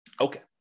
Okay